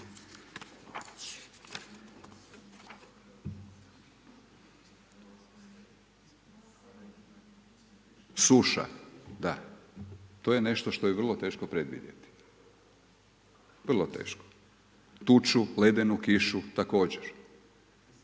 Suša, da. To je nešto što je vrlo teško predvidjeti. Tuča, ledenu kišu također.